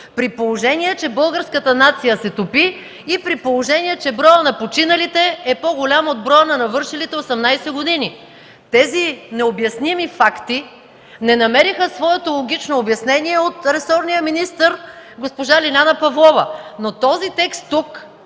при положение че българската нация се топи и броят на починалите е по-голям от броя на навършилите 18 години. Тези необясними факти не намериха своето логично обяснение от ресорния министър госпожа Лиляна Павлова. Текстът тук